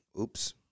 oops